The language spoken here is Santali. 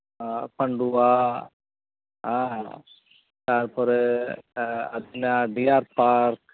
ᱯᱟᱱᱰᱩᱣᱟ ᱦᱮᱸ ᱛᱟᱨᱯᱚᱨᱮ ᱟᱹᱫᱤᱱᱟ ᱰᱤᱭᱟᱨ ᱯᱟᱨᱠ